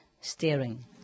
Steering